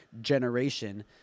generation